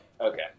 Okay